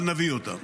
אבל נביא אותם,